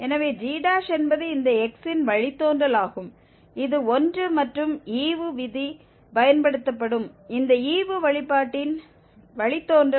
எனவே g என்பது இந்த x இன் வழித்தோன்றல் ஆகும் இது 1 மற்றும் ஈவு விதி பயன்படுத்தப்படும் இந்த ஈவு வழிபாட்டின் வழித்தோன்றல் ஆகும்